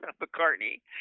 McCartney